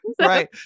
Right